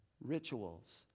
rituals